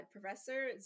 Professor